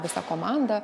visa komanda